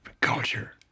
culture